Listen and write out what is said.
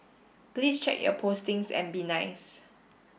please check your postings and be nice